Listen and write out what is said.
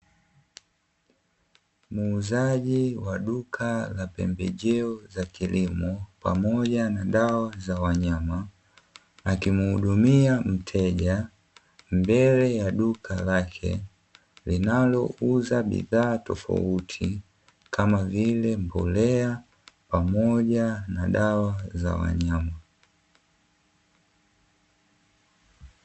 Muuzaji wa duka la pembejeo za kilimo pamoja na dawa za wanyama, akimhudumia mteja mbele ya duka lake, linalouza bidhaa tofauti kama vile mbolea pamoja na dawa za wanyama.